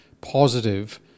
positive